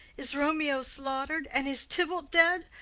is romeo slaught'red, and is tybalt dead?